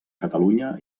catalunya